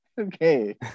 okay